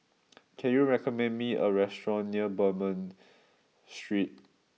can you recommend me a restaurant near Bernam Street